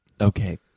okay